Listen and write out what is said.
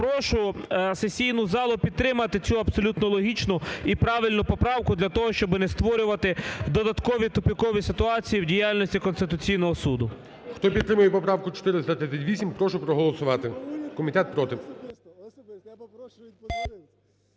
Прошу сесійну залу підтримати цю абсолютно логічну і правильну поправку для того, щоби не створювати додаткові тупикові ситуації в діяльності Конституційного Суду. ГОЛОВУЮЧИЙ. Хто підтримує поправку 438, прошу проголосувати, комітет – проти.